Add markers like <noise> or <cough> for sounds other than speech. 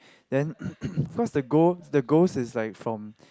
then <coughs> because the goal the ghost is like from